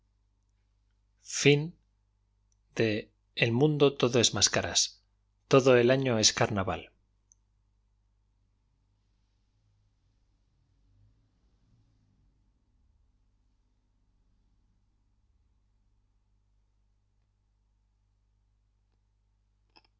s el mundo todo es máscaras todo el año á